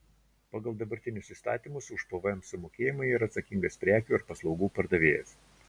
pagal dabartinius įstatymus už pvm sumokėjimą yra atsakingas prekių ar paslaugų pardavėjas